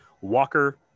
Walker